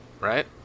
Right